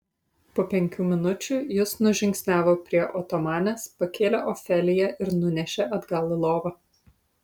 po penkių minučių jis nužingsniavo prie otomanės pakėlė ofeliją ir nunešė atgal į lovą